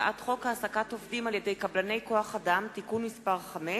הצעת חוק העסקת עובדים על-ידי קבלני כוח-אדם (תיקון מס' 5),